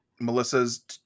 Melissa's